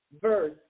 verse